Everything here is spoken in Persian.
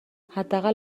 حداقل